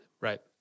Right